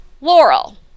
Laurel